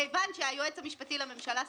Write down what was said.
כיוון שהיועץ המשפטי לממשלה סבור,